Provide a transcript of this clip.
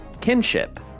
Kinship